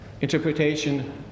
interpretation